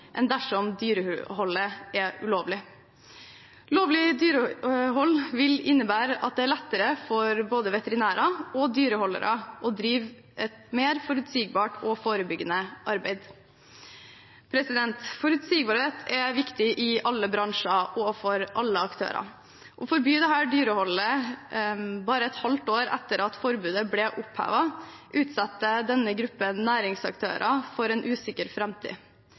enn dersom dyreholdet er ulovlig. Lovlig dyrehold vil innebære at det er lettere for både veterinærer og dyreholdere å drive et mer forutsigbart og forebyggende arbeid. Forutsigbarhet er viktig i alle bransjer og for alle aktører. Å forby dette dyreholdet bare et halvt år etter at forbudet ble opphevet, utsetter denne gruppen næringsaktører for en usikker framtid.